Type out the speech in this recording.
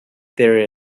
there